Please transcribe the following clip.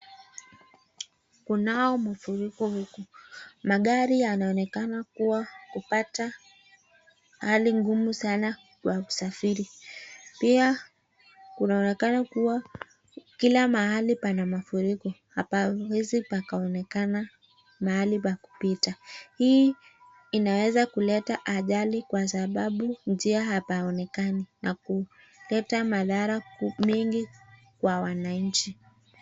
Kuna mafuriko huku. Magari yanaonekana kupata hali ngumu sana ya kusafiri. Pia, kunaonekana kuwa kila mahali pana mafuriko, hawezi pakaonekana mahali pa kupita. Hii inaweza kuleta ajali kwa sababu njia haionekani na kuleta madhara mengi kwa wananchi.